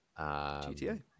GTA